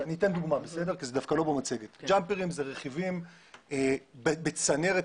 ג'אמפר זה איזה